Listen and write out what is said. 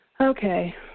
okay